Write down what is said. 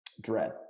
Dread